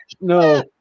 no